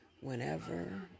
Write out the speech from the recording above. Whenever